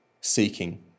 seeking